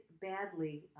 badly